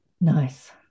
Nice